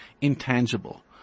intangible